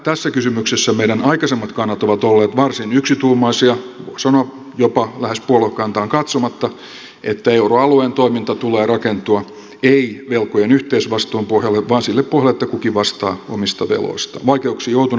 tässä kysymyksessä meidän aikaisemmat kantamme ovat olleet varsin yksituumaisia voi sanoa jopa lähes puoluekantaan katsomatta että euroalueen toiminnan tulee rakentua ei velkojen yhteisvastuun pohjalle vaan sille pohjalle että kukin vastaa omista veloistaan